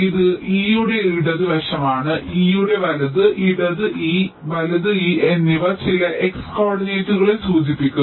ഇത് E യുടെ ഇടതുവശമാണ് E യുടെ വലത് ഇടത് E വലത് E എന്നിവ ചില x കോർഡിനേറ്റുകളെ സൂചിപ്പിക്കുന്നു